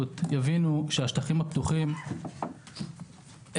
יבינו שהשטחים הפתוחים הם,